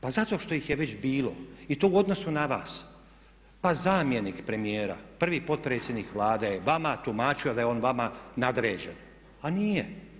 Pa zato što ih je već bilo i to u odnosu na vas, pa zamjenik premijera, prvi potpredsjednik Vlade je vama tumačio da je on vama nadređen a nije.